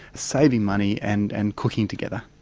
saving money and and cooking together.